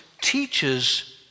teaches